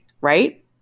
right